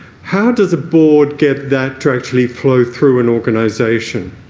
how does a board get that to actually flow through an organisation?